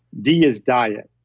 d is diet.